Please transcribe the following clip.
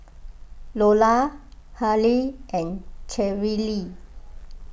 Lola Halie and Cherrelle